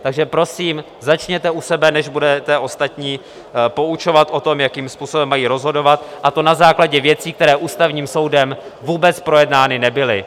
Takže prosím začněte u sebe, než budete ostatní poučovat o tom, jakým způsobem mají rozhodovat, a to na základě věcí, které Ústavním soudem vůbec projednány nebyly.